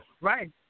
right